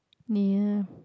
ya